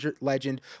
legend